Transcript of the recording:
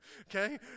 okay